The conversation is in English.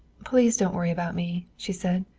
please don't worry about me, she said.